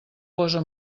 posa